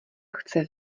chce